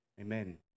Amen